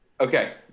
Okay